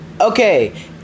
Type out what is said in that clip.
Okay